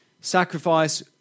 Sacrifice